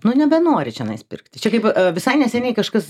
nu nebenori čianais pirkti čia kaip visai neseniai kažkas